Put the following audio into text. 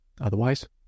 Otherwise